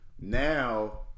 Now